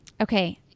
Okay